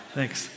Thanks